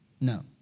No